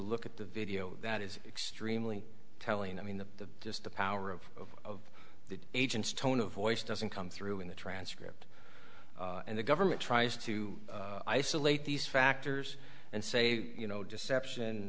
look at the video that is extremely telling i mean the just the power of the agent's tone of voice doesn't come through in the transcript and the government tries to isolate these factors and say you know deception